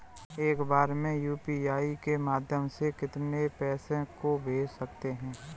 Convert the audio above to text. एक बार में यू.पी.आई के माध्यम से कितने पैसे को भेज सकते हैं?